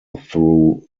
through